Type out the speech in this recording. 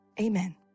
Amen